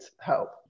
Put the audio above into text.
help